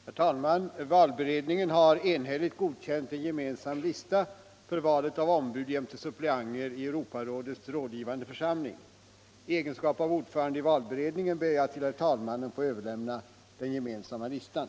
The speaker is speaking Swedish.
Herr talman! Valberedningen har enhälligt godkänt en gemensam lista för valet av ombud jämte suppleanter i Europarådets rådgivande församling. I egenskap av ordförande i valberedningen ber jag att till herr talmannen få överlämna den gemensamma listan.